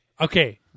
Okay